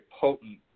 potent